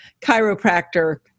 chiropractor